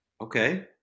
Okay